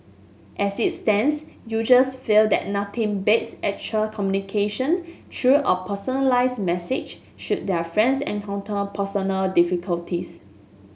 as it stands users feel that nothing beats actual communication through a personalised message should their friends encounter personal difficulties